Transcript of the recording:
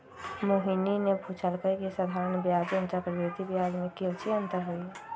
मोहिनी ने पूछल कई की साधारण ब्याज एवं चक्रवृद्धि ब्याज में काऊची अंतर हई?